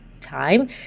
time